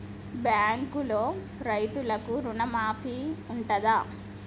బ్యాంకులో రైతులకు రుణమాఫీ ఉంటదా?